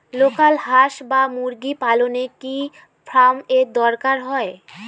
Local হাস বা মুরগি পালনে কি ফার্ম এর দরকার হয়?